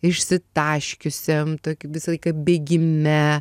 išsitaškiusiam kaip visą laiką bėgime